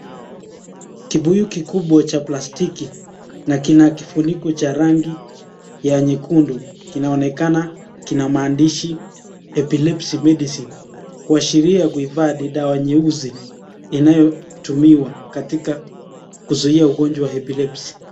Kibuyu kikubwa cha plastiki na kina kifuniko cha rangi ya nyekundu kinaonekana kina maandishi epilepsy medicine. Mwashiria kuivaa dawa nyeuzi inayotumiwa katika kuzuia ugonjwa wa epilepsy.